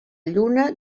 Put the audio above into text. lluna